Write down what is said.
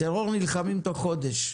בטרור נלחמים בתוך חודש.